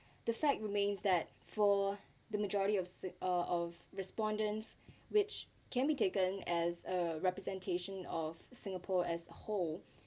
the fact remains that for the majority of si~ uh of respondents which can be taken as a representation of singapore as a whole